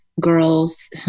girls